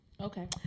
Okay